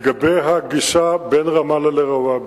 לגבי הגישה מרמאללה לרוואבי,